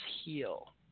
heal